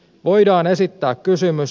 voidaan esittää kysymys